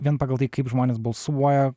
vien pagal tai kaip žmonės balsuoja